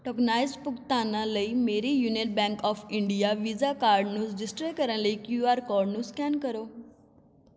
tokenized ਭੁਗਤਾਨਾਂ ਲਈ ਮੇਰੀ union bank of India visa card ਨੂੰ ਰਜਿਸਟਰ ਕਰਨ ਲਈ ਕਿਯੂ ਆਰ ਕੋਡ ਨੂੰ ਸਕੈਨ ਕਰੋ